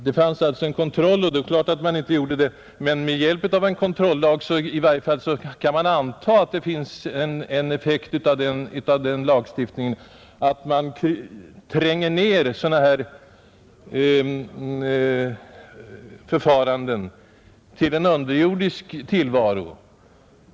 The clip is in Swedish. Det fanns en kontroll, och då är det klart att man inte annonserade, Man kan i varje fall anta att vi med en kontrollag skulle vinna den effekten av lagstiftningen att vi tränger ner förfaranden av detta slag till en underjordisk tillvaro.